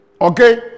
Okay